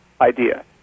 idea